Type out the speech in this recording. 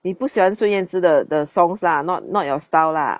你不喜欢孙燕姿的 the songs lah not not your style lah